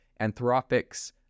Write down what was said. Anthropics